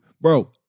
Bro